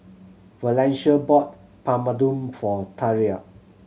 Valencia bought Papadum for Thyra